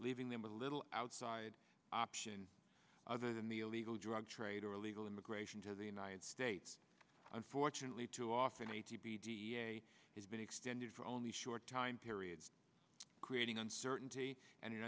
leaving them with little outside option other than the illegal drug trade or illegal immigration to the united states unfortunately too often a t b d has been extended for only short time periods creating uncertainty and an